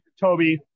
Toby